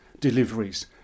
deliveries